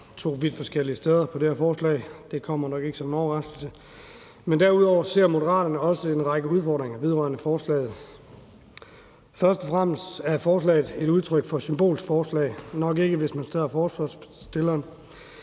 to vidt forskellige steder i forhold til det her forslag. Det kommer nok ikke som en overraskelse. Men derudover ser Moderaterne også en række udfordringer vedrørende forslaget. Først og fremmest er forslaget et symbolsk forslag. Det er det nok ikke, hvis man spørger forslagsstilleren,